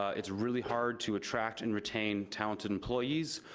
it's really hard to attract and retain talented employees,